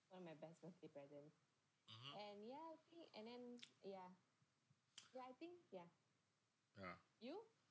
(uh huh) (uh huh)